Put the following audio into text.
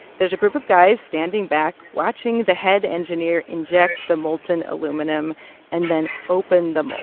there's a group of guys standing back watching the head engineer inject the molten aluminum and then open the